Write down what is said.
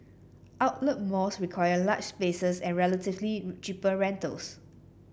outlet malls require large spaces and relatively cheaper rentals